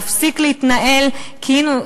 להפסיק להתנהל כאילו,